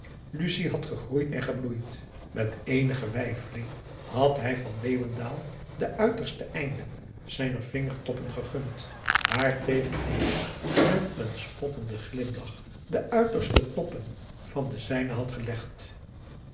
lucie had gegroeid en gebloeid met eenige weifeling had hij van leeuwendaal de uiterste einden zijner vingertoppen gegund waartegen deze met een spottenden glimlach de uiterste toppen van de zijne had gelegd